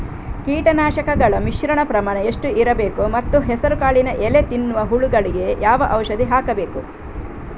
ಕೀಟನಾಶಕಗಳ ಮಿಶ್ರಣ ಪ್ರಮಾಣ ಎಷ್ಟು ಇರಬೇಕು ಮತ್ತು ಹೆಸರುಕಾಳಿನ ಎಲೆ ತಿನ್ನುವ ಹುಳಗಳಿಗೆ ಯಾವ ಔಷಧಿ ಹಾಕಬೇಕು?